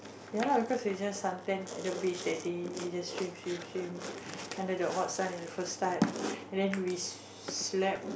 ya lah because you just suntan at the beach that day you just swim swim swim under the hot sun and first start and then we slept